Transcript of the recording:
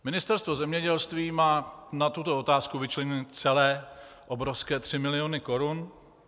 Ministerstvo zemědělství má na tuto otázku vyčleněny celé obrovské 3 miliony korun.